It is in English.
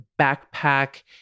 backpack